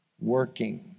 working